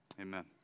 amen